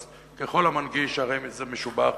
אז כל המנגיש הרי זה משובח.